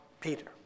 Peter